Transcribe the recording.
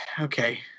Okay